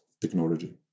technology